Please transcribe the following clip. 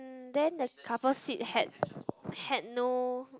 mm then the couple seat had had no